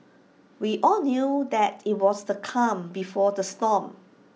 we all knew that IT was the calm before the storm